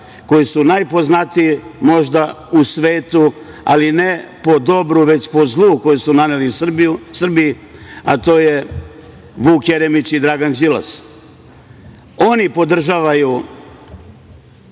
koji su najpoznatiji možda u svetu, ali ne po dobru, već po zlu koji su naneli Srbiji, a to je Vuk Jeremić i Dragan Đilas. Oni podržavaju